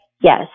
Yes